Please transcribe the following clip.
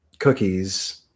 Cookies